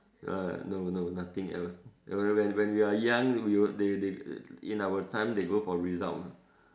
uh no no nothing else when when when we are young they they in our time they go for result lah